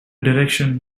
direction